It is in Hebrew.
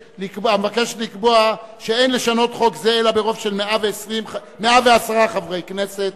המבקשת לקבוע שאין לשנות חוק זה אלא ברוב של 110 חברי כנסת.